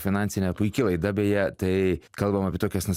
finansinė puiki laida beje tai kalbam apie tokias na